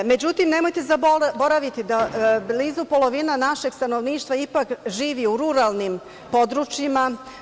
Međutim, nemojte zaboraviti da blizu polovina našeg stanovništva živi u ruralnim područjima.